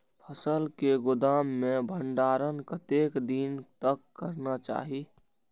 फसल के गोदाम में भंडारण कतेक दिन तक करना चाही?